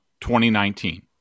2019